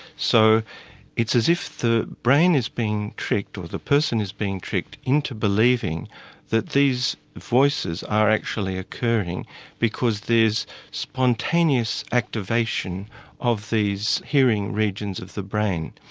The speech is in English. so it's as if the brain is being tricked, or the person is being tricked into believing that these voices are actually occurring because there's spontaneous activation of these hearing regions of the brain.